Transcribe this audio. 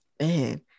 man